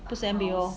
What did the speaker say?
不是 M_B_O ah